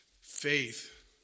Faith